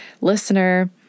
listener